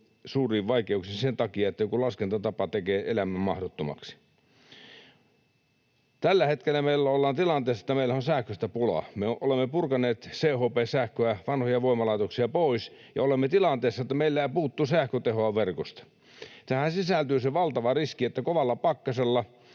suuriin vaikeuksiin sen takia, että joku laskentatapa tekee elämän mahdottomaksi. Tällä hetkellä meillä ollaan tilanteessa, että meillä on sähköstä pulaa. Me olemme purkaneet CHP-sähköä, vanhoja voimalaitoksia, pois, ja olemme tilanteessa, että meillä puuttuu sähkötehoa verkosta. Tähän sisältyy se valtava riski, että kovalla pakkasella